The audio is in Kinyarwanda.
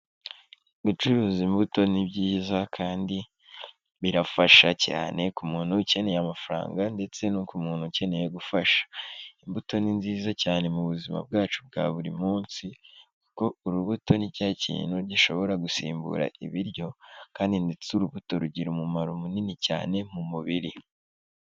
Gucuruza imbuto ni byiza kandi birafasha cyane, ku muntu ukeneye amafaranga ndetse no ku muntu ukeneye gufasha. Imbuto ni nziza cyane mu buzima bwacu bwa buri munsi, kuko urubuto ni cya kintu gishobora gusimbura ibiryo, kandi ndetse urubuto rugira umumaro munini cyane mu mubiri.